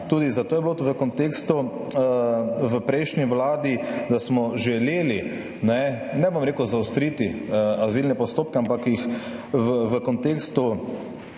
Tudi zato je bilo to v kontekstu v prejšnji vladi, da smo želeli, ne bom rekel zaostriti azilne postopke, ampak jih v kontekstu